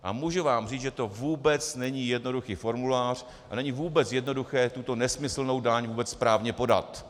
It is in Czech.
A můžu vám říct, že to vůbec není jednoduchý formulář a není vůbec jednoduché tuto nesmyslnou daň vůbec správně podat.